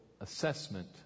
assessment